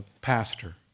pastor